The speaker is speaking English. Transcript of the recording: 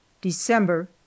December